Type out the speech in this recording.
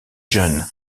jeune